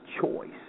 choice